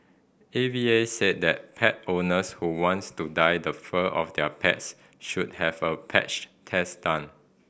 A V A said that pet owners who wants to dye the fur of their pets should have a patch test done